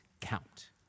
count